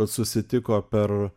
susitiko per